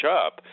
up